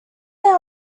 there